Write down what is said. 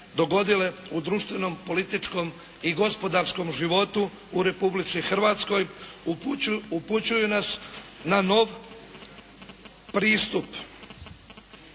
dogodile u društvenom, političkom i gospodarskom životu u Republici Hrvatskoj upućuju nas na nov pristup